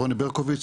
רוני ברקוביץ,